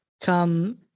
come